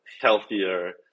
healthier